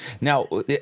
Now